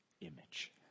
image